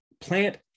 plant